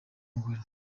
umugore